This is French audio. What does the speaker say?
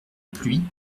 pluie